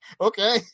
Okay